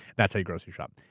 that's how you grocery shop.